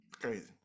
Crazy